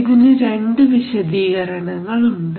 ഇതിന് രണ്ട് വിശദീകരണങ്ങൾ ഉണ്ട്